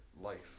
life